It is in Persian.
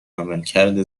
عملکرد